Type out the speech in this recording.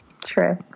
true